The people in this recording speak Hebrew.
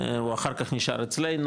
הוא אחר כך נשאר אצלנו,